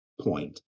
point